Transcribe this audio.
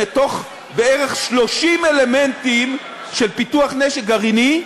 מתוך בערך 30 אלמנטים של פיתוח נשק גרעיני,